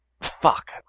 fuck